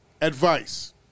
Advice